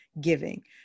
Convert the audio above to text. giving